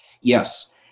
Yes